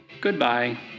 Goodbye